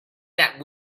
that